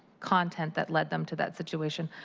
content that led them to that situation.